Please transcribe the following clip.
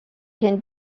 can